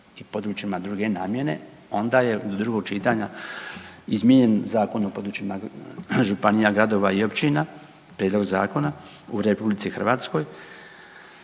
i područjima druge namjene onda je do drugog čitanja izmijenjen Zakon o područjima županija, gradova i općina, prijedlog zakona u RH i uveden je,